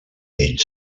ell